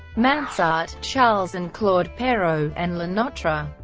mansart, charles and claude perrault, and le notre.